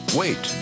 wait